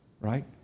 Right